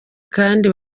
kandi